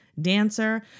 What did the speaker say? dancer